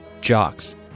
jocks